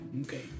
Okay